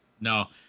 no